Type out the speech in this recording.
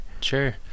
Sure